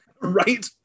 Right